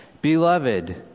Beloved